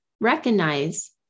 recognize